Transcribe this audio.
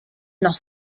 noch